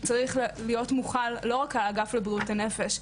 הוא צריך להיות מוכל לא רק על האגף לבריאות הנפש,